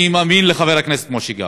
אני מאמין לחבר הכנסת משה גפני.